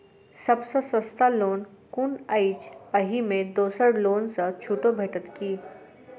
सब सँ सस्ता लोन कुन अछि अहि मे दोसर लोन सँ छुटो भेटत की?